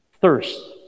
thirst